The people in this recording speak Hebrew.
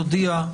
נודיע,